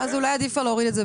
עמותות,